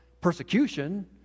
persecution